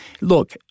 look—